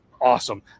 Awesome